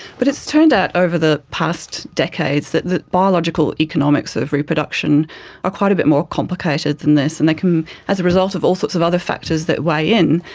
but it has turned out over the past decades that the biological economics of reproduction are quite a bit more complicated than this, and like um as a result of all sorts of other factors that weigh in,